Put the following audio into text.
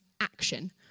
action